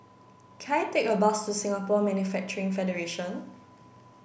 can I take a bus to Singapore Manufacturing Federation